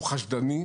הוא חשדני,